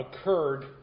occurred